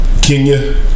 Kenya